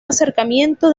acercamiento